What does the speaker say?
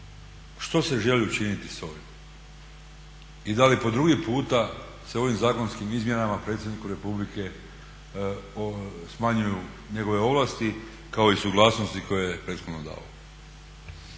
što se želi učiniti s ovim i da li po drugi puta se ovim zakonskim izmjenama predsjedniku Republike smanjuju njegove ovlasti kao suglasnosti koje je prethodno davao.